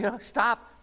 Stop